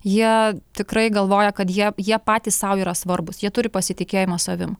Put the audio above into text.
jie tikrai galvoja kad jie jie patys sau yra svarbūs jie turi pasitikėjimo savim